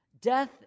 Death